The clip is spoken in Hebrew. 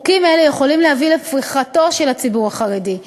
חוקים אלה יכולים להביא לפריחתו של הציבור החרדי.